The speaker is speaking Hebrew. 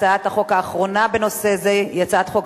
הצעת החוק האחרונה בנושא זה היא הצעת חוק